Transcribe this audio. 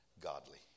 godly